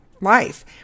life